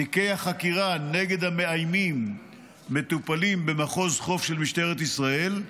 תיקי החקירה נגד המאיימים מטופלים במחוז חוף של משטרת ישראל,